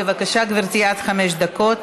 בבקשה, גברתי, עד חמש דקות.